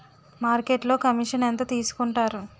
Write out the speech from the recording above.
మార్కెట్లో కమిషన్ ఎంత తీసుకొంటారు?